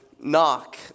Knock